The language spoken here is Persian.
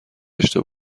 داشته